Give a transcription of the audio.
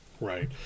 Right